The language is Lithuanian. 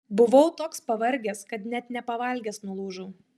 buvau toks pavargęs kad net nepavalgęs nulūžau